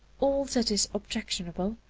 all that is objectionable,